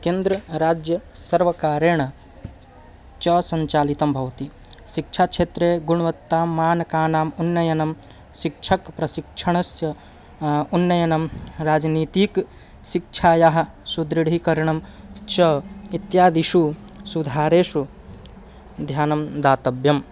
केन्द्रराज्यं सर्वकारेण च सञ्चालितं भवति शिक्षाक्षेत्रे गुणवत्ता मानकानाम् उन्नयनं शिक्षक प्रशिक्षणस्य उन्नयनं राजनैतिक शिक्षायाः सुदृढीकरणं च इत्यादिषु सुधारेषु ध्यानं दातव्यम्